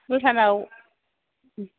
भुटान आव